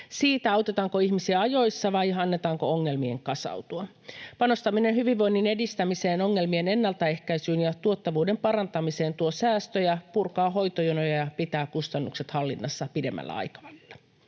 siitä, autetaanko ihmisiä ajoissa vai annetaanko ongelmien kasautua. Panostaminen hyvinvoinnin edistämiseen, ongelmien ennaltaehkäisyyn ja tuottavuuden parantamiseen tuo säästöjä, purkaa hoitojonoja ja pitää kustannukset hallinnassa pidemmällä aikavälillä.